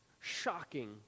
shocking